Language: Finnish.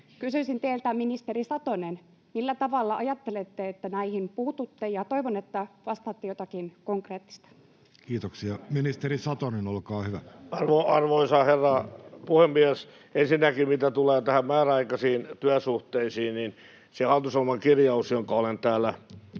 Kysyisin teiltä, ministeri Satonen, millä tavalla ajattelette, että näihin puututte, ja toivon, että vastaatte jotakin konkreettista. Kiitoksia. — Ministeri Satonen, olkaa hyvä. Arvoisa herra puhemies! Ensinnäkin mitä tulee näihin määräaikaisiin työsuhteisiin, niin se hallitusohjelman kirjaus, jonka olen täällä